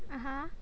(uh huh)